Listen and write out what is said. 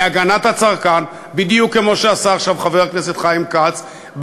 זה הגנת הצרכן בדיוק כמו שעשה עכשיו חבר הכנסת חיים כץ.